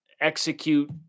execute